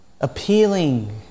appealing